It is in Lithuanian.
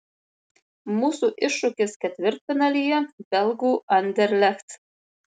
mūsų iššūkis ketvirtfinalyje belgų anderlecht